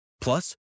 Plus